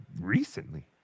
Recently